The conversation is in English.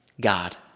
God